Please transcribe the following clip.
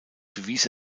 bewies